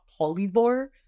Polyvore